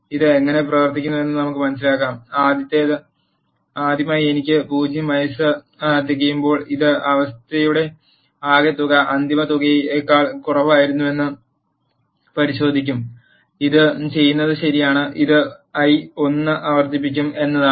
ഇത് എങ്ങനെ പ്രവർത്തിക്കുന്നുവെന്ന് നമുക്ക് മനസിലാക്കാം ആദ്യമായി എനിക്ക് 0 വയസ്സ് തികയുമ്പോൾ ഇത് അവസ്ഥയുടെ ആകെത്തുക അന്തിമ തുകയേക്കാൾ കുറവാണെന്ന് പരിശോധിക്കും ഇത് ചെയ്യുന്നത് ശരിയാണ് ഇത് i 1 വർദ്ധിപ്പിക്കും എന്നതാണ്